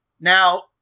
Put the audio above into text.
Now